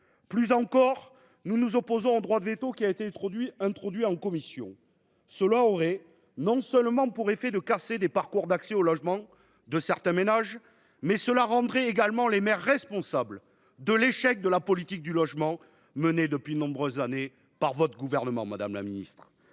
Plus encore, nous nous opposons au droit de veto qui a été introduit en commission. Une telle mesure aurait pour effet non seulement de casser les parcours d’accès au logement de certains ménages, mais également de rendre les maires responsables de l’échec de la politique du logement menée depuis de nombreuses années par le Gouvernement, madame la ministre.